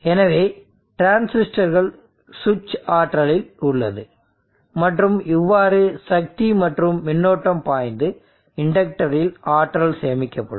எனவே டிரான்சிஸ்டர்கள் சுவிட்ச் ஆற்றலில் உள்ளது மற்றும் இவ்வாறு சக்தி மற்றும் மின்னோட்டம் பாய்ந்து இண்டக்டரில் ஆற்றல் சேமிக்கப்படும்